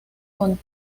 con